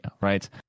right